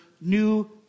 new